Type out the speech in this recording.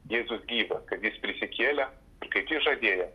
jėzus gyvas kad jis prisikėlė tai kaip jis žadėjo